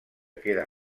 queda